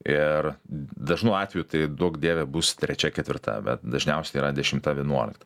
ir dažnu atveju tai duok dieve bus trečia ketvirta bet dažniausiai tai yra dešimta vienuolikta